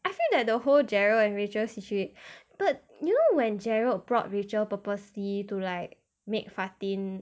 I feel that the whole gerald and rachel situat~ but you know when gerald brought rachel purposely to like meet fatin